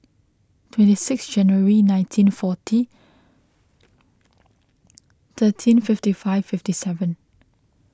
twenty six January nineteen forty thirteen fifty five fifty seven